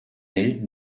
ell